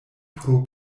pro